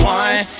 one